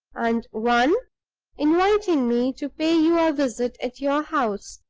and one inviting me to pay you a visit at your house.